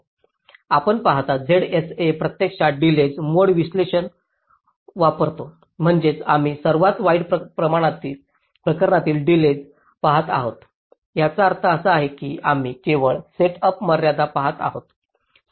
आपण पाहता ZSA प्रत्यक्षात डिलेज मोड विश्लेषण वापरतो म्हणजेच आम्ही सर्वात वाईट प्रकरणातील डिलेज पहात आहोत याचा अर्थ असा आहे की आम्ही केवळ सेट अप मर्यादा पहात आहोत